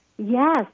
Yes